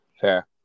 Fair